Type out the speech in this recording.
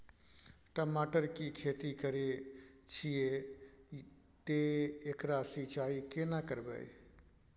टमाटर की खेती करे छिये ते एकरा सिंचाई केना करबै?